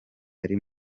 ari